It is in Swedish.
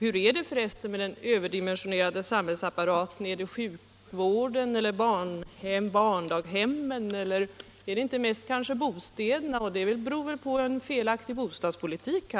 Hur är det för resten med den överdimensionerade samhällsapparaten när det gäller sjukvården och barndaghemmen - eller är den kanske värst när det gäller bostäderna? Den beror väl på en felaktig bostadspolitik.